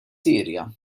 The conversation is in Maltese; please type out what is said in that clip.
sirja